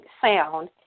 sound